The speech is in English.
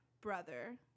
brother